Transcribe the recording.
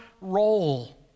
role